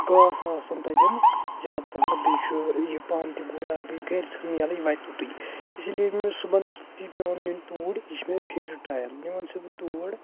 گاسہٕ آسان تَتٮ۪ن زیادٕ پَہمَتھ بیٚیہِ چھُ یہِ پانہٕ تہِ گُر اگر بہٕ یہِ گَرِ ژھُنن یَلہٕ یہِ واتہِ توٚتُے اِسی لیے یہِ چھُ مےٚ صُبحَن تہِ پٮ۪وان نِیُن توٗرۍ یہِ چھُ مےٚ فیورِٹ ٹرٛایَل نِوان چھُسَن بہٕ تور